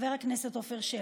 וחבר הכנסת עפר שלח.